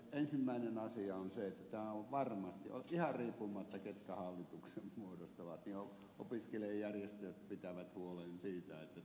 ensimmäinen asia on se että varmasti ihan riippumatta ketkä hallituksen muodostavat opiskelijajärjestöt pitävät huolen siitä että tämä asia on esillä